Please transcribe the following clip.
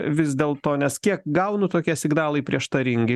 vis dėlto nes kiek gaunu tokie signalai prieštaringi